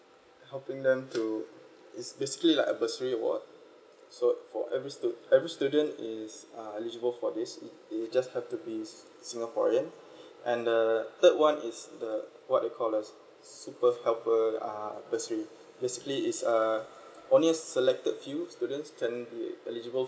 helping them to it's basically like a bursary award so for every stu~ every student is uh eligible for this you you just have to be si~ singaporean and the third [one] is the what they called as super helper uh bursary basically is uh only selected few students can be eligible